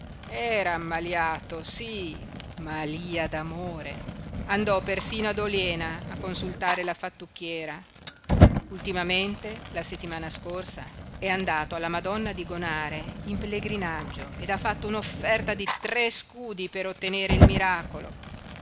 era ammaliato sí malía d'amore andò persino ad oliena a consultare la fattucchiera ultimamente la settimana scorsa è andato alla madonna di gonare in pellegrinaggio ed ha fatto un'offerta di tre scudi per ottenere il miracolo